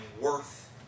worth